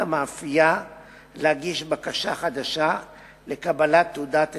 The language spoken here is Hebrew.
המאפייה להגיש בקשה חדשה לקבלת תעודת הכשר.